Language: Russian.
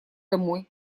домой